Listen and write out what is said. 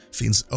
finns